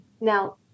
now